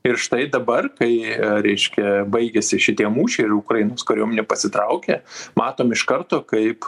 ir štai dabar kai reiškia baigėsi šitie mūšiai ir ukrainos kariuomenė pasitraukė matom iš karto kaip